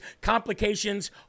complications